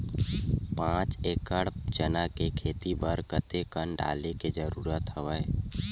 पांच एकड़ चना के खेती बर कते कन डाले के जरूरत हवय?